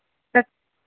त